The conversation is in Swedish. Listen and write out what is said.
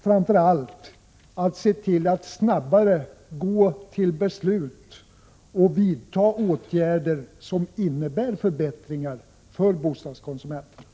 Framför allt gäller det att man snabbare går till beslut och vidtar åtgärder som innebär förbättringar för bostadskonsumenterna.